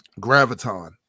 Graviton